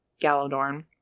Galadorn